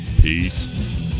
Peace